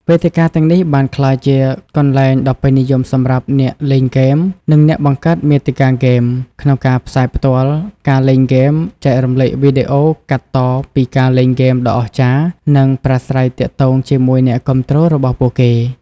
វេទិកាទាំងនេះបានក្លាយជាកន្លែងដ៏ពេញនិយមសម្រាប់អ្នកលេងហ្គេម និងអ្នកបង្កើតមាតិកាហ្គេម ក្នុងការផ្សាយផ្ទាល់ ការលេងហ្គេម ចែករំលែកវីដេអូកាត់តពីការលេងហ្គេមដ៏អស្ចារ្យ និងប្រាស្រ័យទាក់ទងជាមួយអ្នកគាំទ្ររបស់ពួកគេ។